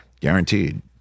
Guaranteed